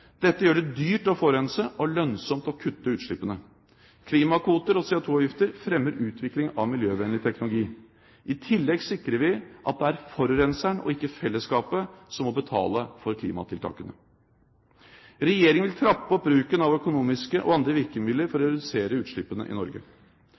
Dette gjør det dyrt å forurense og lønnsomt å kutte utslippene. Klimakvoter og CO2-avgifter fremmer utviklingen av miljøvennlig teknologi. I tillegg sikrer vi at det er forurenseren og ikke fellesskapet som må betale for klimatiltakene. Regjeringen vil trappe opp bruken av økonomiske og andre virkemidler for å